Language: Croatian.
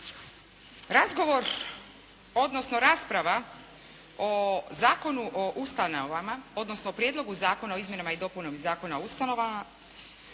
Razgovor, odnosno rasprava o Zakonu o ustanovama, odnosno o Prijedlogu zakona o izmjenama i dopunama Zakona o ustanovama